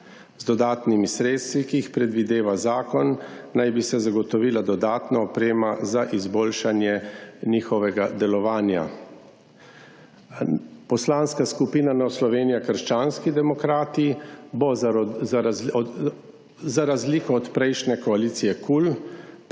Z dodatnimi sredstvi, ki jih predvideva zakona naj bi se zagotovila dodatna oprema za izboljšanje njihovega delovanja. Poslanska skupina Nova Slovenija-Krščanski demokrati bo za razliko od prejšnje koalicije KUL, se pravi